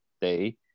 day